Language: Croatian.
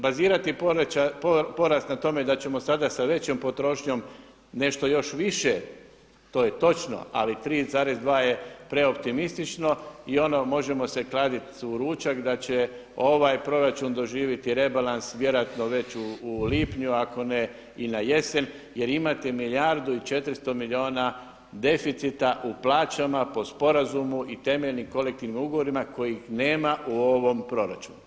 Bazirati porast na tome da ćemo sada sa većom potrošnjom nešto još više, to je točno, ali 3,2 je preoptimistično i ono možemo se kladiti u ručak da će ovaj proračun doživjeti rebalans vjerojatno već u lipnju ako ne i na jesen jer imate milijardu i 400 milijuna deficita u plaćama po sporazumu i temeljnim kolektivnim ugovorima kojih nema u ovom proračunu.